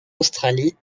australie